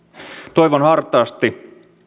toivon hartaasti